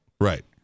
Right